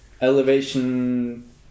elevation